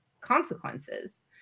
consequences